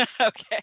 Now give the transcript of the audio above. okay